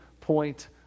point